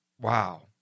Wow